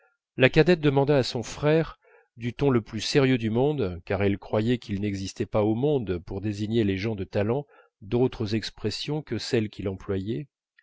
la cadette demanda à son frère du ton le plus sérieux du monde car elle croyait qu'il n'existait pas au monde pour désigner les gens de talent d'autres expressions que celles qu'il